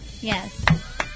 yes